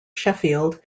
sheffield